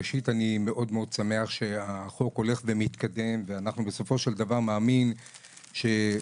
ראשית אני שמח מאוד שהחוק הולך ומתקדם ואני מאמין שהכול